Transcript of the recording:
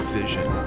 vision